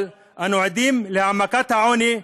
אבל אנו עדים להעמקת העוני: